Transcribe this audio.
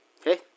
Okay